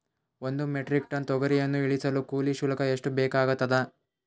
ಒಂದು metric ton ತೊಗರಿಯನ್ನು ಇಳಿಸಲು ಕೂಲಿ ಶುಲ್ಕ ಎಷ್ಟು ಬೇಕಾಗತದಾ?